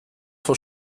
vor